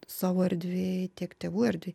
savo erdvėj tiek tėvų erdvėj